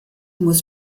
muss